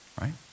right